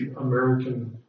American